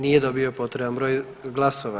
Nije dobio potreban broj glasova.